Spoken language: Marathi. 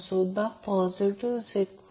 तर Van Z Y लिहू शकते